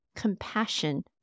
compassion